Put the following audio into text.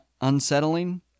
unsettling